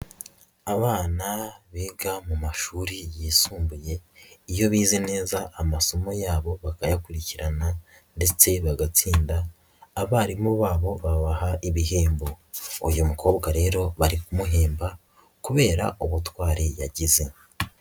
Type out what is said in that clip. Abana biga mu mashuri yisumbuye, iyo bize neza amasomo yabo bakayakurikirana ndetse bagatsinda, abarimu babo babaha ibihembo, uyu mukobwa rero bari kumuhemba kubera ubutwari yagize.